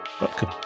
Welcome